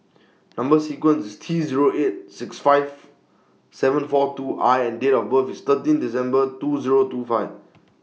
Number sequence IS T Zero eight six five seven four two I and Date of birth IS thirteen December two Zero two five